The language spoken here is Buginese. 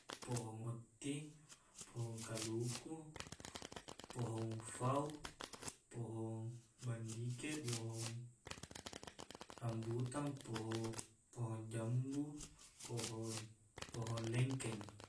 Pohong otti pohong kaluku pohong fau pohong bandikeq bohong rambutang pohong- pohong jambu pohon- pohon lengkeng